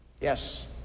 Yes